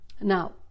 Now